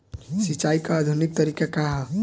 सिंचाई क आधुनिक तरीका का ह?